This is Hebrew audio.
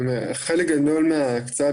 מלבד האון-ליין והדיגיטל,